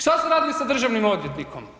Što ste radili sa državnim odvjetnikom?